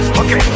okay